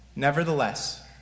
Nevertheless